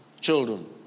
children